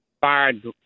fired